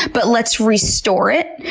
but let's restore it.